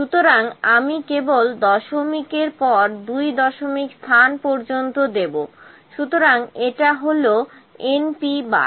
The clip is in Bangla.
সুতরাং আমি কেবল দশমিকের পর দুই দশমিক স্থান পর্যন্ত দেব সুতরাং এটা হল np বার